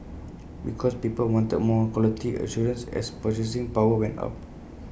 because people wanted more quality assurance as purchasing power went up